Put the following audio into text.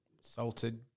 Salted